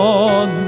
on